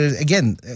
again